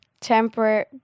temper